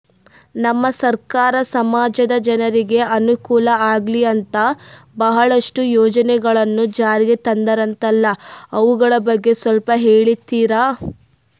ನಮ್ಮ ಸರ್ಕಾರ ಸಮಾಜದ ಜನರಿಗೆ ಅನುಕೂಲ ಆಗ್ಲಿ ಅಂತ ಬಹಳಷ್ಟು ಯೋಜನೆಗಳನ್ನು ಜಾರಿಗೆ ತಂದರಂತಲ್ಲ ಅವುಗಳ ಬಗ್ಗೆ ಸ್ವಲ್ಪ ಹೇಳಿತೀರಾ?